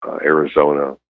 Arizona